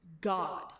god